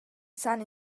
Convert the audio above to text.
san